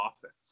offense